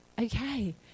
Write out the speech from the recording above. okay